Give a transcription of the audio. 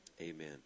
amen